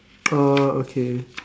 uh okay